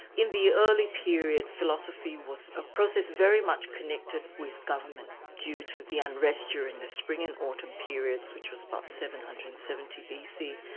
in the early period, philosophy was a process very much connected with government due to the unrest during the spring and autumn periods, which was about seven hundred and seventy bc,